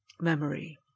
memory